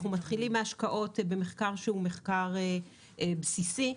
אנחנו מתחילים מהשקעות במחקר, שהוא מחקר בסיסי,